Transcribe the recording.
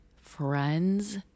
friends